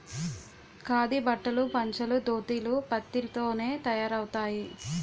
ఖాదీ బట్టలు పంచలు దోతీలు పత్తి తోనే తయారవుతాయి